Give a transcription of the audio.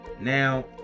Now